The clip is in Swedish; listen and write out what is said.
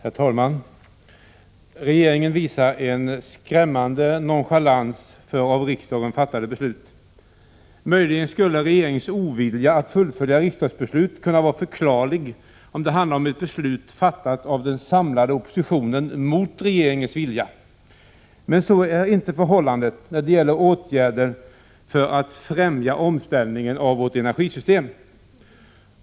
Regeringens handlägg Herr talman! Regeringen visar en skrämmande nonchalans för av riksda = ning av riksdagens gen fattade beslut. skrivelser Möjligen skulle regeringens ovilja att fullfölja riksdagsbeslut kunna vara förklarlig om det handlat om ett beslut fattat av den samlade oppositionen mot regeringens vilja, men så är inte förhållandet när det gäller åtgärder för att främja omställningen av vårt energisystem.